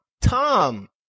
Tom